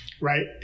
right